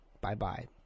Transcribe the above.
Bye-bye